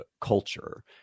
culture